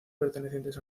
pertenecientes